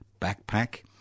backpack